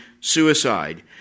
suicide